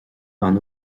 bhean